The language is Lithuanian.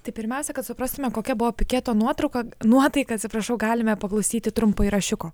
tai pirmiausia kad suprastumėme kokia buvo piketo nuotrauka nuotaika atsiprašau galime paklausyti trumpai rašiuko